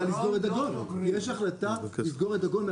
יש החלטה לסגור את דגון.